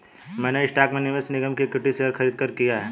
मैंने स्टॉक में निवेश निगम के इक्विटी शेयर खरीदकर किया है